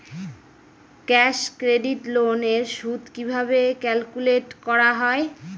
Cash credit loan এর সুদ কিভাবে ক্যালকুলেট করা হয়?